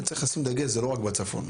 צריך לשים דגש שזה לא רק בצפון.